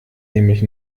nämlich